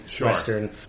western